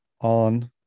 on